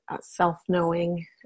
self-knowing